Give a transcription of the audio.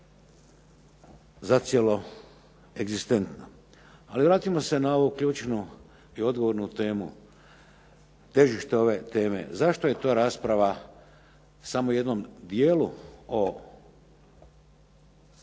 zacijelo egzistentna. Ali vratimo se na ovu ključnu i odgovornu temu, težište ove teme. Zašto je to rasprava samo jednom dijelu o mandatu,